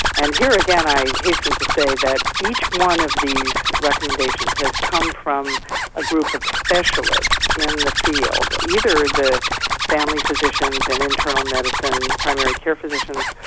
and here again i hasten to say that each one of these recommendations has come from a group of specialists in the field, either the family physicians and internal medicine primary care physicians,